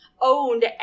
owned